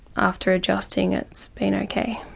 after adjusting, it's been okay.